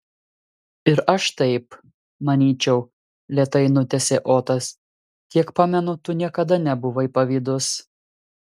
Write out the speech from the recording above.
ir aš taip manyčiau lėtai nutęsė otas kiek pamenu tu niekada nebuvai pavydus